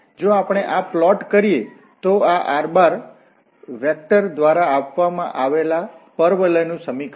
તેથી જો આપણે આ પ્લોટ કરીએ તો આ r વેક્ટરr દ્વારા આપવામાં આવેલા પરવલય નું સમીકરણ છે